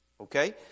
Okay